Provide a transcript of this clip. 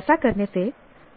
ऐसा करने से